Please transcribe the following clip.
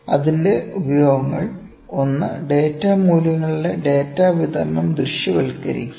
അതിന്റെ ഉപയോഗങ്ങൾ ഡാറ്റ മൂല്യങ്ങളുടെ ഡാറ്റ വിതരണം ദൃശ്യവൽക്കരിക്കുക